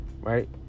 Right